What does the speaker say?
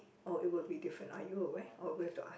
or it will be different are you aware or we have to ask